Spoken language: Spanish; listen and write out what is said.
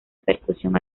percusión